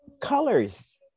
colors